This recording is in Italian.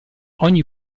ogni